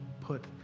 put